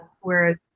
whereas